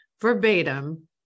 verbatim